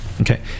okay